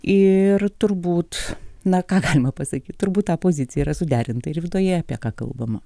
ir turbūt na ką galima pasakyt turbūt ta pozicija yra suderinta ir viduje apie ką kalbama